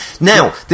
Now